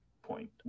point